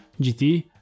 GT